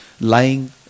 lying